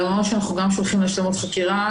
למרות שאנחנו גם שולחים להשלמות חקירה